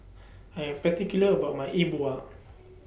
I Am particular about My E Bua